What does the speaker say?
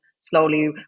slowly